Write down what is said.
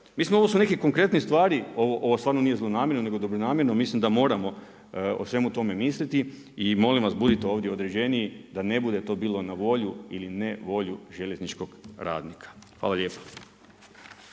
Mislim ovo su neke konkretne stvari, ovo stvarno nije zlonamjerno, nego dobronamjerno, mislim da moramo o svemu tome misliti. I molim vas budite ovdje određenije, da ne bude to bilo na volju ili ne volju željezničkog radnika. Hvala lijepa.